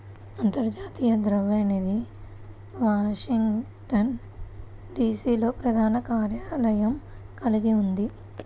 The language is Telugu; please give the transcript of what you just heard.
అంతర్జాతీయ ద్రవ్య నిధి వాషింగ్టన్, డి.సి.లో ప్రధాన కార్యాలయం కలిగి ఉంది